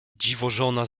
dziwożona